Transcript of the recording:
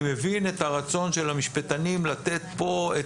אני מבין את הרצון של המשפטנים לתת פה את